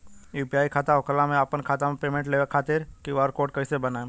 UPI खाता होखला मे हम आपन खाता मे पेमेंट लेवे खातिर क्यू.आर कोड कइसे बनाएम?